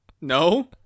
no